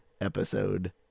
episode